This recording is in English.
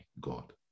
God